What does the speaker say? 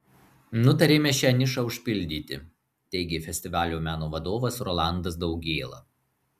nutarėme šią nišą užpildyti teigė festivalio meno vadovas rolandas daugėla